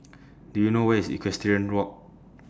Do YOU know Where IS Equestrian Walk